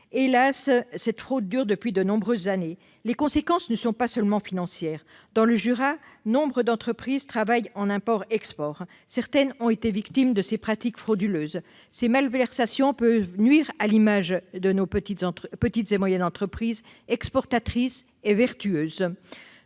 Hélas, cette fraude dure depuis plusieurs années ! Les conséquences ne sont pas seulement financières. Dans le Jura, nombre d'entreprises travaillent dans le domaine de l'import-export. Certaines ont été victimes de ces pratiques frauduleuses. Ces malversations peuvent nuire à l'image de nos petites et moyennes entreprises exportatrices et vertueuses.